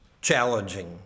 challenging